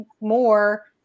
more